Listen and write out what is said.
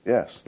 Yes